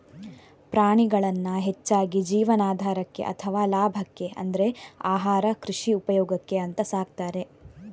ಪ್ರಾಣಿಗಳನ್ನ ಹೆಚ್ಚಾಗಿ ಜೀವನಾಧಾರಕ್ಕೆ ಅಥವಾ ಲಾಭಕ್ಕೆ ಅಂದ್ರೆ ಆಹಾರ, ಕೃಷಿ ಉಪಯೋಗಕ್ಕೆ ಅಂತ ಸಾಕ್ತಾರೆ